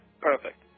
Perfect